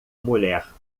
mulher